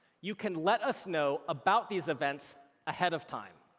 you can let us know about these events ahead of time.